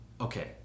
okay